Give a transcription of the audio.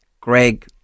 Greg